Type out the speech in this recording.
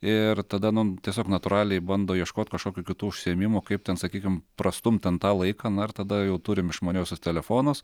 ir tada nu tiesiog natūraliai bando ieškot kažkokių kitų užsiėmimų kaip ten sakykim prastumt ten tą laiką na ir tada jau turim išmaniuosius telefonus